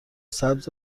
سبز